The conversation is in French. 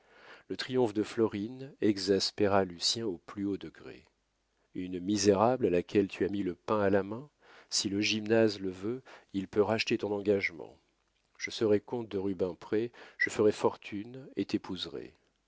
le triomphe de florine exaspéra lucien au plus haut degré une misérable à laquelle tu as mis le pain à la main si le gymnase le veut il peut racheter ton engagement je serai comte de rubempré je ferai fortune et t'épouserai